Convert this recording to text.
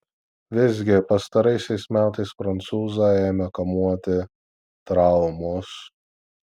visgi pastaraisiais metais prancūzą ėmė kamuoti traumos